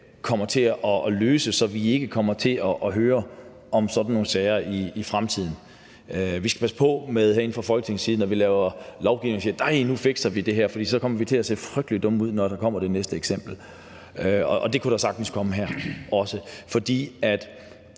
kommer til at løse det, så vi ikke kommer til at høre om sådan nogle sager i fremtiden. Vi skal passe på med herindefra Folketingets side, når vi laver lovgivning, at vi siger, at ej, nu fikser vi det her, fordi vi så kommer til at se frygtelig dumme ud, når der kommer det næste eksempel, og det kunne der sagtens også komme her. For